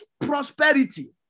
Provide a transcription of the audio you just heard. prosperity